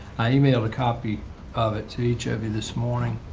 emailed a copy of it to each of you this morning.